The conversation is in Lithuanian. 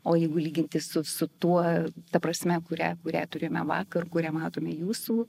o jeigu lyginti su su tuo ta prasme kurią kurią turime vakar kurią matome jūsų